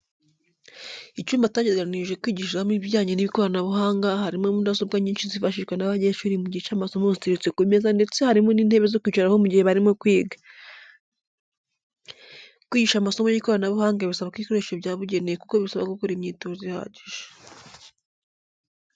Icyumba cyateganyirijwe kwigishirizwamo ibijyanye n'ikoranabuhanga, harimo mudasobwa nyinshi zifashishwa n'abanyeshuri mu gihe cy'amasomo ziteretse ku meza ndetse harimo n'intebe zo kwicaraho mu gihe barimo kwiga. Kwigisha amasomo y'ikoranabuhanga bisaba ibikoresho byabugenewe kuko bisaba gukora imyitozo ihagije.